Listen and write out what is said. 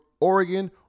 Oregon